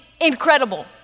incredible